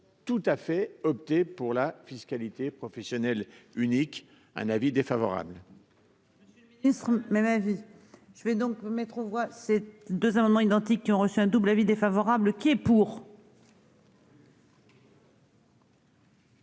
tout à fait opter pour la fiscalité professionnelle unique un avis défavorable.-- Ils seront même avis. Je vais donc mettre aux voix c'est. 2 amendements identiques qui ont reçu un double avis défavorable qui est pour.